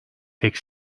tek